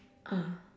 ah